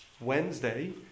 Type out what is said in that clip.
Wednesday